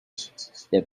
their